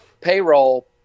payroll